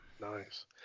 Nice